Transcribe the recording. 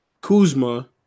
Kuzma